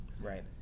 right